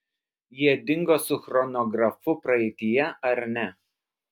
jie dingo su chronografu praeityje ar ne